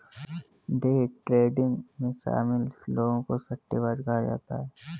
day trading में शामिल लोगों को सट्टेबाज कहा जाता है